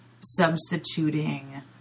substituting